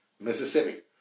Mississippi